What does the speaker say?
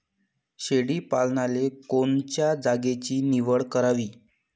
शेळी पालनाले कोनच्या जागेची निवड करावी?